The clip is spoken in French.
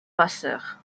passeur